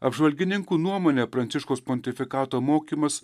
apžvalgininkų nuomone pranciškaus pontifikato mokymas